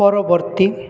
ପରବର୍ତ୍ତୀ